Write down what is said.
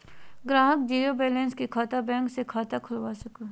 ग्राहक zero balance के साथ बैंक मे खाता खोलवा सको हय